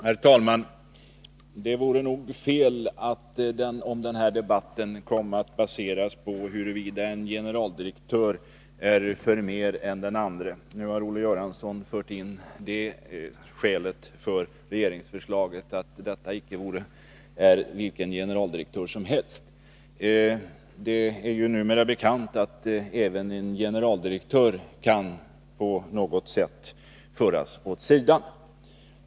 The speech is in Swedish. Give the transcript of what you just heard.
Herr talman! Det vore nog fel om den här debatten kom att baseras på huruvida en generaldirektör är förmer än en annan. Nu har Olle Göransson fört in det skälet för regeringsförslaget att det icke är vilken generaldirektör som helst. Det är ju numera bekant att även en generaldirektör på något sätt kan föras åt sidan.